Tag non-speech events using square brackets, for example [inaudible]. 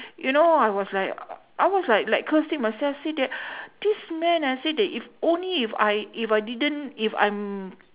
you know I was like I was like like cursing myself say that [breath] this man I say that if only if I if I didn't if I'm